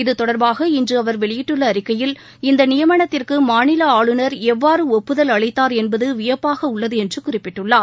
இத்தொடர்பாக இன்று அவர் வெளியிட்டுள்ள அறிக்கையில் இந்த நியமனத்திற்கு மாநில ஆளுநர் எவ்வாறு ஒப்புதல் அளித்தார் என்பது வியப்பாக உள்ளது என்று குறிப்பிட்டுள்ளார்